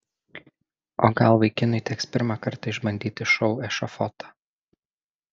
o gal vaikinui teks pirmą kartą išbandyti šou ešafotą